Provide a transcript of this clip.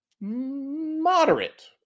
moderate